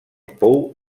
pou